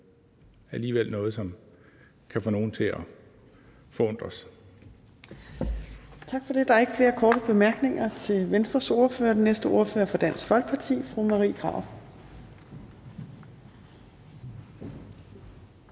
alligevel noget, som kan få nogle til at forundres.